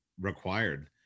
required